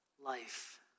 life